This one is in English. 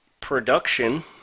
production